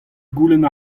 goulenn